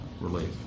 relief